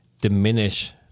diminish